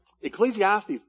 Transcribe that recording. Ecclesiastes